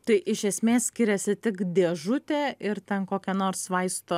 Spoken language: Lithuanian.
tai iš esmės skiriasi tik dėžutė ir ten kokia nors vaisto